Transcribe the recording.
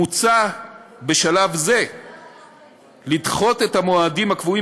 מוצע בשלב זה לדחות את המועדים הקבועים